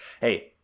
Hey